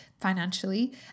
financially